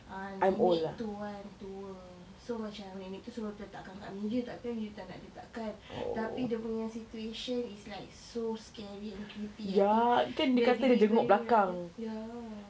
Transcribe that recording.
ah nenek tu kan tua so macam nenek tu suruh letakkan dekat meja takkan you tak nak letakkan tapi dia punya situation is like so scary and creepy until the delivery rider ya